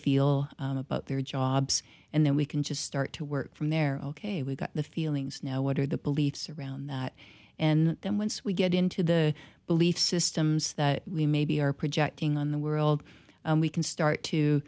feel about their jobs and then we can just start to work from there ok we've got the feelings now what are the beliefs around that and then once we get into the belief systems that we maybe are projecting on the world we can start to